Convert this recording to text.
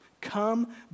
Come